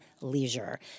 leisure